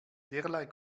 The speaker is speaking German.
derlei